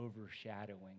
overshadowing